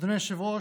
היושב-ראש,